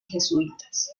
jesuitas